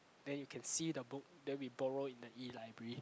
then you can see the book then we borrow in the e-library